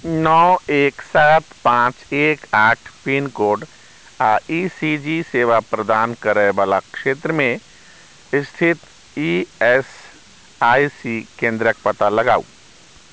नओ एक सात पांँच एक आठ pin code I C G सेवा प्रदान करए बला क्षेत्रमे स्थित ई एस आई सी केंद्रके पता लगाउ